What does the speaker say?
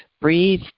Breathe